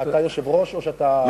אתה היושב-ראש, או שאתה,